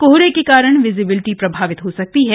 कोहरे के कारण विजिबिलिटी प्रभावित हो सकती है